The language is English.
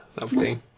lovely